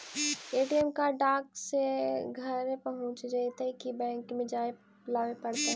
ATM card डाक से घरे पहुँच जईतै कि बैंक में जाके लाबे पड़तै?